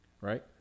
right